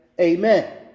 amen